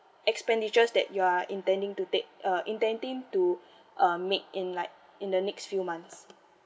expenditures that you are intending to take uh intending to uh make in like in the next few months